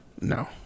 No